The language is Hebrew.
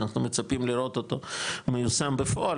שאנחנו מצפים לראות אותו מיושם בפועל,